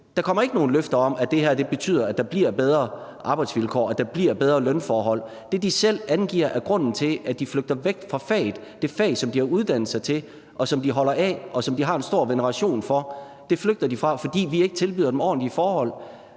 der kommer ikke nogen løfter om, at det her betyder, at der bliver bedre arbejdsvilkår, at der bliver bedre lønforhold. De angiver selv grunden til, at de flygter væk fra faget, det fag, som de har uddannet sig til, som de holder af, og som de har stor veneration for. De flygter fra det, fordi vi ikke tilbyder dem ordentlige forhold.